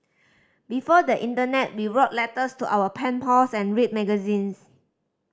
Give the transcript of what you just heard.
before the internet we wrote letters to our pen pals and read magazines